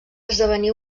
esdevenir